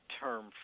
term